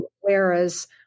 Whereas